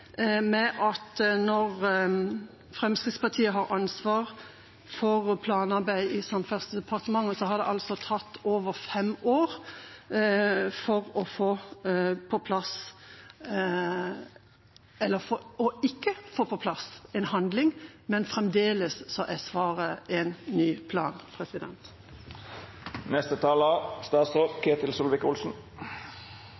med at det, når Fremskrittspartiet har hatt ansvar for planarbeidet i Samferdselsdepartementet, har tatt over fem år ikke å få på plass en handling, og at svaret fremdeles er en ny plan?